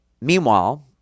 meanwhile